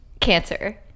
Cancer